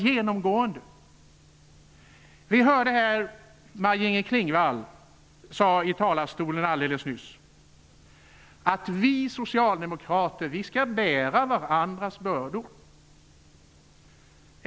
Alldeles nyss hörde vi Maj-Inger Klingvall i talarstolen säga: Vi socialdemokrater skall bära varandras bördor.